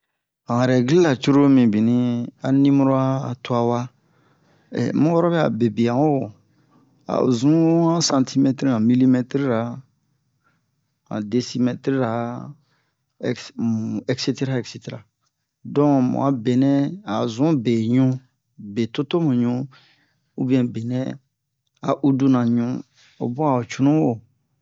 Han rɛglira cruru mibini a niboro'a a tua wa mu oro bɛ'a bebian wo a'o zun han santimɛtri han milimɛtrira han decimɛtrira ex um eksetera eksetera don mu'a benɛ a'o zun be ɲu be totomu ɲu ubiɛn benɛ a uduna ɲu o bun a ho cunu wo